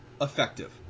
effective